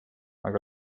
aga